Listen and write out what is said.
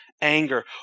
anger